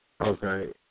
Okay